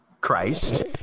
Christ